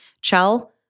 Chell